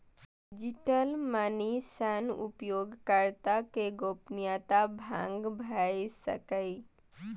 digital money सं उपयोगकर्ता के गोपनीयता भंग भए सकैए